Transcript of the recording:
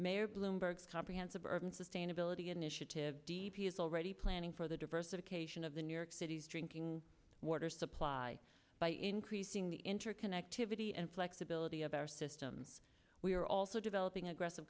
mayor bloomberg comprehensive sustainability initiative d p is already planning for the diversification of the new york city's drinking water supply by increasing the interconnectivity and flexibility of our systems we are also developing aggressive